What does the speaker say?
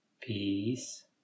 Peace